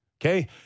okay